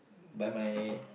by my